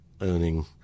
earning